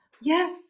yes